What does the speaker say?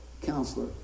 Counselor